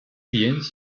biens